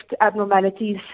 abnormalities